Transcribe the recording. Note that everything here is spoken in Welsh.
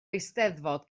eisteddfod